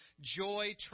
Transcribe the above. Joy